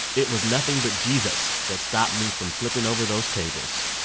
it was nothing but jesus that stopped me from flipping over those tables.